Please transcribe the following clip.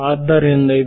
ಆದ್ದರಿಂದ ಇದು